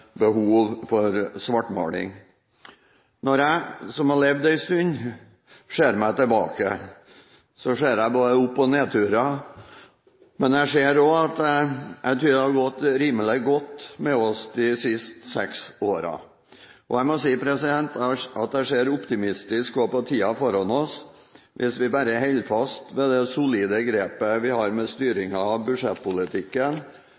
behov for svartmaling. Når jeg, som har levd en stund, ser meg tilbake, ser jeg både opp- og nedturer, men jeg ser også at det har gått rimelig godt med oss de siste seks årene. Og jeg må si at jeg ser optimistisk også på tiden foran oss hvis vi bare holder fast ved det solide grepet vi har med